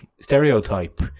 stereotype